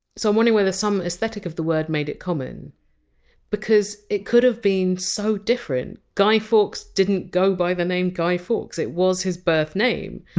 so i'm wondering whether some aesthetic of the word made it common because it could have been so different. guy fawkes didn't go by the name guy fawkes it was his birth name,